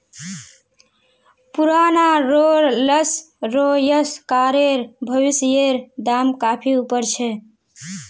पुराना Rolls Royce कारेर भविष्येर दाम काफी ऊपर छे